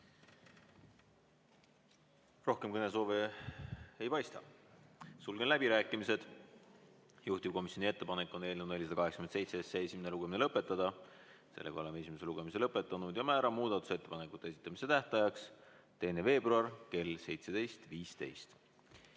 Rohkem kõnesoove ei paista. Sulgen läbirääkimised. Juhtivkomisjoni ettepanek on eelnõu 487 esimene lugemine lõpetada. Oleme esimese lugemise lõpetanud. Määran muudatusettepanekute esitamise tähtajaks 2. veebruari kell 17.15.